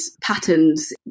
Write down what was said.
patterns